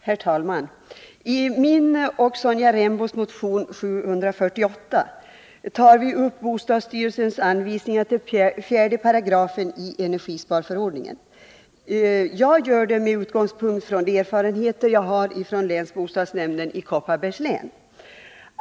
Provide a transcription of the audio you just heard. Herr talman! I min och Sonja Rembos motion 748 tar vi upp bostadsstyrelsens anvisningar till 4 § energisparförordningen. Jag för min del gör det med utgångspunkt i de erfarenheter jag har från länsbostadsnämnden i Kopparbergs län.